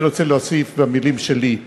אני רוצה להוסיף במילים שלי.